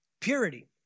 Purity